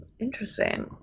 Interesting